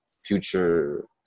Future